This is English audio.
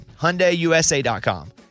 HyundaiUSA.com